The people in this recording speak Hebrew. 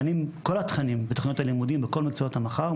התכנים בתוכניות הלימודים בכל מקצועות המחר,